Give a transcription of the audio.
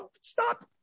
stop